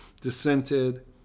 dissented